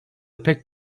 pek